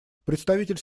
представитель